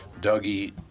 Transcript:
Dougie